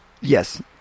Yes